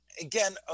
again